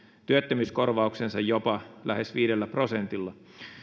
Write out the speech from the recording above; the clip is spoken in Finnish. työttömyyskorvauksensa jopa lähes viidellä prosentilla